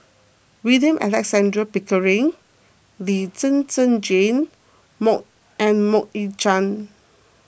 William Alexander Pickering Lee Zhen Zhen Jane mok and Mok Ying Jang